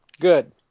good